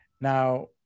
Now